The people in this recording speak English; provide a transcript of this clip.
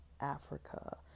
Africa